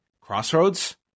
Crossroads